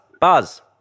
Buzz